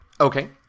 Okay